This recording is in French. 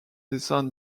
dessins